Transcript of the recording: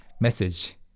message